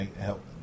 help